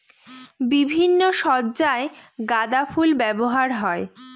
বিভিন্ন সজ্জায় গাঁদা ফুল ব্যবহার হয়